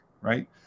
right